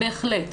בהחלט.